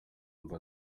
mba